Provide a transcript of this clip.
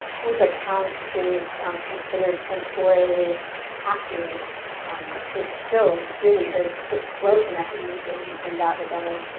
whose account is considered sensorily accurate is still really, there's just gross inequities and in that regard,